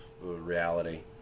reality